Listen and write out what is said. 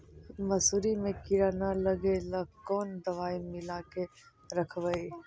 मसुरी मे किड़ा न लगे ल कोन दवाई मिला के रखबई?